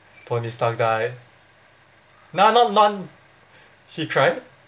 tony stark die nah not none he cried